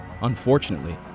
Unfortunately